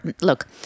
look